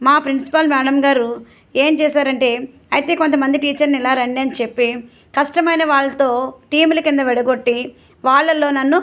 మా principal madam గారు ఏమి చేశారంటే అయితే కొంతమంది టీచర్ని ఇలా రండి అని చెప్పి కష్టమైన వాళ్ళతో టీంల కింద విడగొట్టి వాళ్ళల్లో నన్ను